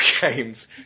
games